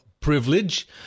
privilege